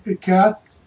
Kath